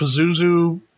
Pazuzu